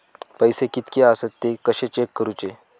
पैसे कीतके आसत ते कशे चेक करूचे?